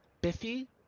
Biffy